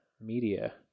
media